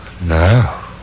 No